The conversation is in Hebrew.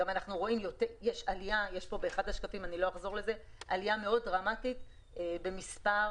אנחנו גם רואים עלייה מאוד דרמטית במספר